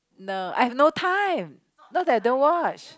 no I've no time not that I don't watch